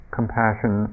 compassion